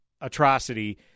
atrocity—